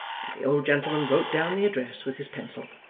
and the old gentleman wrote down the address with his pencil.